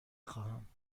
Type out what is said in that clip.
خواهم